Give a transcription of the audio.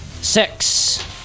Six